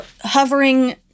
hovering